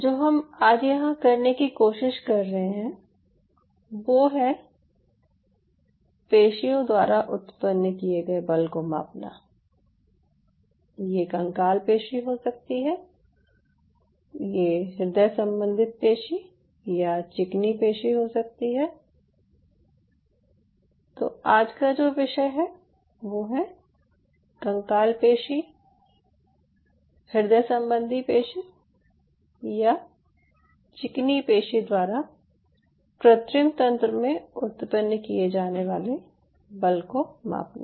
जो हम यहाँ आज करने की कोशिश कर रहे हैं वो है पेशियों द्वारा उत्पन्न किये गए बल को मापना ये कंकाल पेशी हो सकती है यह हृदय संबंधी पेशी या चिकनी पेशी हो सकती है तो आज का जो विषय है वो है कंकाल पेशी हृदय सम्बन्धी पेशी या चिकनी पेशी द्वारा कृत्रिम तंत्र में उत्पन्न किये जाने वाले बल को मापना